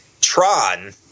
Tron